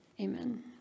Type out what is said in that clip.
Amen